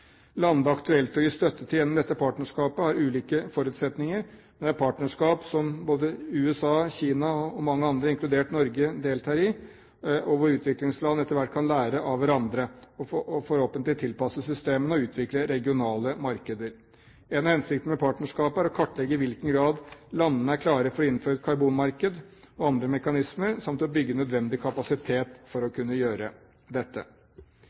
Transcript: aktuelt å gi støtte til gjennom dette partnerskapet, har ulike forutsetninger, men det er et partnerskap som både USA, Kina og mange andre, inkludert Norge, deltar i, og hvor utviklingsland etter hvert kan lære av hverandre og forhåpentlig tilpasse systemene og utvikle regionale markeder. En av hensiktene med partnerskapet er å kartlegge i hvilken grad landene er klare for å innføre karbonmarked og andre mekanismer samt å bygge nødvendig kapasitet for å kunne gjøre dette.